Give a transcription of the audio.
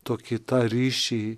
tokį tą ryšį